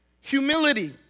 humility